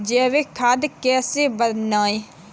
जैविक खाद कैसे बनाएँ?